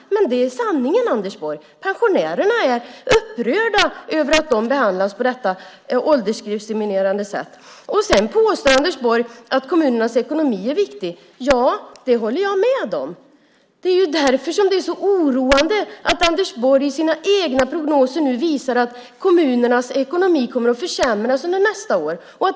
Men det är sanningen, Anders Borg. Pensionärerna är upprörda över att de behandlas på detta åldersdiskriminerande sätt. Sedan påstår Anders Borg att kommunernas ekonomi är viktig. Ja, det håller jag med om. Det är därför det är så oroande att Anders Borg i sina egna prognoser nu visar att kommunernas ekonomi kommer att försämras under nästa år.